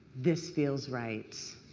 this feels right!